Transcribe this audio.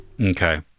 okay